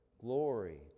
glory